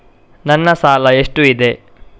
ನನ್ನ ಸಾಲ ಎಷ್ಟು ಇದೆ?